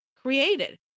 created